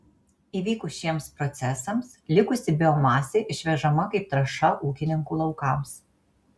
įvykus šiems procesams likusi biomasė išvežama kaip trąša ūkininkų laukams